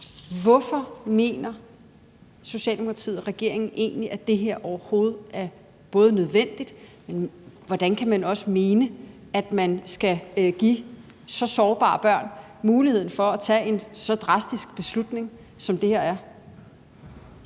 Hvorfor mener Socialdemokratiet og regeringen egentlig, at det her overhovedet er nødvendigt? Og hvordan kan man også mene, at man skal give så sårbare børn muligheden for at tage en så drastisk beslutning, som det her er?